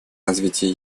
развитие